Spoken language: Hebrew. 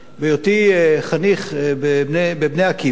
בהיותי חניך ב"בני עקיבא",